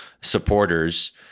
supporters